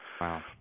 Wow